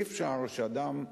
אי-אפשר שאדם,